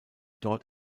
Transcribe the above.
dort